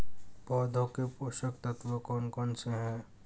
पौधों के पोषक तत्व कौन कौन से हैं?